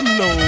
no